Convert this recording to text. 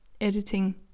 editing